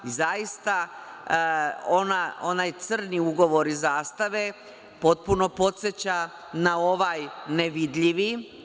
Zaista onaj crni ugovor iz „Zastave“ potpuno podseća na ovaj nevidljivi.